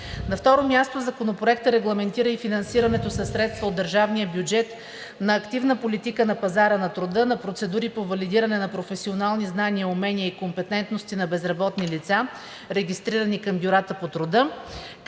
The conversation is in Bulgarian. На второ място, Законопроектът регламентира и финансирането със средства от държавния бюджет на активна политика на пазара на труда, на процедури по валидиране на професионални знания, умения и компетентности на безработни лица, регистрирани към бюрата по труда,